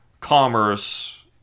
commerce